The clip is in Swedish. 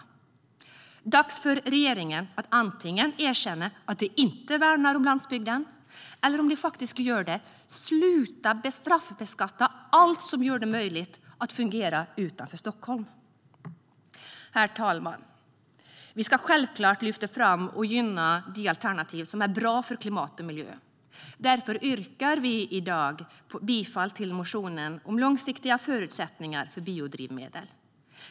Det är dags för regeringen att antingen erkänna att man inte värnar om landsbygden eller, om man faktiskt gör det, att sluta straffbeskatta allt som gör det möjligt att fungera utanför Stockholm. Herr talman! Vi ska självklart lyfta fram och gynna de alternativ som är bra för klimat och miljö. Därför yrkar vi i dag bifall till reservationen om långsiktiga förutsättningar för biodrivmedel.